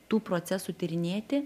tų procesų tyrinėti